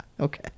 okay